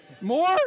More